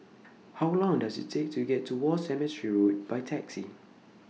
How Long Does IT Take to get to War Cemetery Road By Taxi